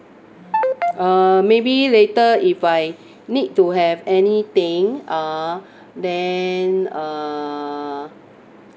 uh maybe later if I need to have anything uh then err